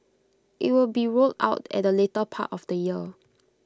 IT will be rolled out at the later part of the year